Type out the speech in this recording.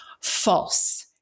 False